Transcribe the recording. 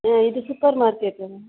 ಏ ಇದು supermarket madam